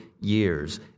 years